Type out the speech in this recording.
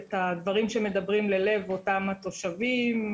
הדברים שמדברים ללב התושבים,